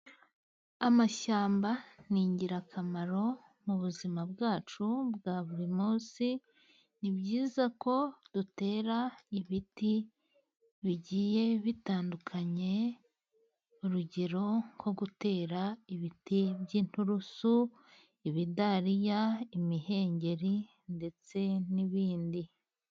Amashyamba ni ingirakamaro mu buzima bwacu bwa buri munsi, ni byiza ko dutera ibiti bigiye bitandukanye urugero nko gutera ibiti by'inturusu, ibidariya, imihengeri ndetse n'ibindi.